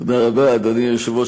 אדוני היושב-ראש,